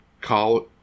call